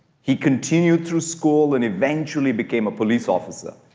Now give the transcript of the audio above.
he continued through school and eventually became a police officer.